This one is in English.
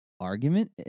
argument